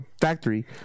factory